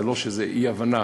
זה לא שזו אי-הבנה,